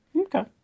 Okay